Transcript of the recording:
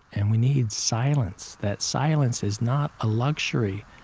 and we need silence that silence is not a luxury,